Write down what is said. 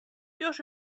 już